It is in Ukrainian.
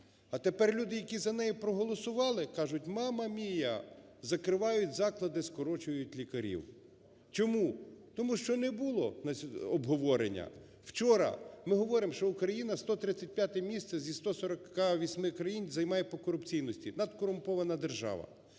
А тепер люди, які за неї проголосували, кажуть: "Мамма Міа! Закривають заклади, скорочують лікарів!" Чому? Тому що не було обговорення! Вчора. Ми говоримо, що Україна 135 місце зі 140 країн займає по корупційності –надкорумпована держава!